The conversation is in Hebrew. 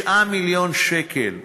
9 מיליון שקל לנשים.